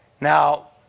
Now